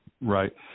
Right